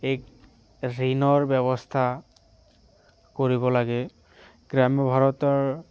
এক ঋণৰ ব্যৱস্থা কৰিব লাগে গ্ৰাম্য ভাৰতৰ